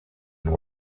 been